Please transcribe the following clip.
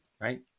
right